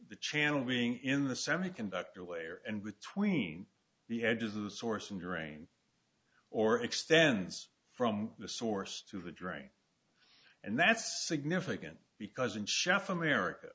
the channel being in the semiconductor layer and between the edges of the source and drain or extends from the source to the drain and that's significant because in chef america